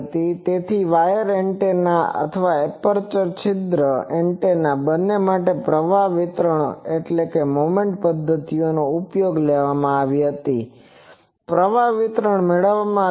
તેથી wire antenna અથવા એપર્ચરapertureછિદ્ર એન્ટેના બંને માટે પ્રવાહ વિતરણમાં મોમેન્ટ પદ્ધતિઓ ઉપયોગમાં લેવામાં આવી હતી અને પ્રવાહ વિતરણ મેળવવામાં આવ્યુ છે